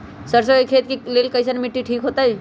सरसों के खेती के लेल कईसन मिट्टी ठीक हो ताई?